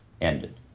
ended